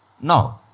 No